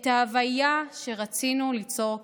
את ההוויה שרצינו ליצור כאן,